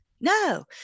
No